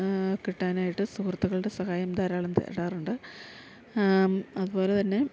കിട്ടാനായിട്ട് സുഹൃത്തുക്കളുടെ സഹായം ധാരാളം തേടാറുണ്ട് അതുപോലെ തന്നെ